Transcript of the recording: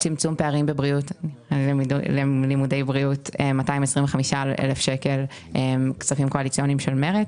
225,000 שקל לצמצום פערים ללימודי בריאות הם כספים קואליציוניים של מרצ,